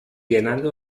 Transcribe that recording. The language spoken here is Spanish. llenando